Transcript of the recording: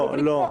לא, לא.